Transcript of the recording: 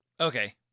Okay